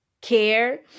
care